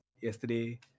yesterday